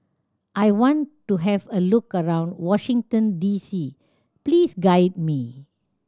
I want to have a look around Washington D C please guide me